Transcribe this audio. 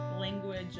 language